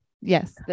yes